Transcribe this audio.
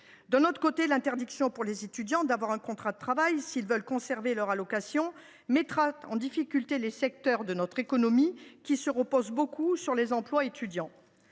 D’autre part, l’interdiction, pour les étudiants, d’avoir un contrat de travail s’ils veulent conserver leur allocation mettra en difficulté les secteurs de notre économie qui se reposent beaucoup sur les emplois étudiants.